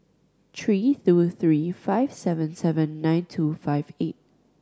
three two three five seven seven nine two five eight